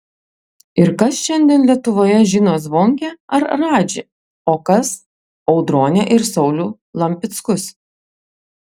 ir kas šiandien lietuvoje žino zvonkę ar radžį o kas audronę ir saulių lampickus